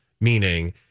Meaning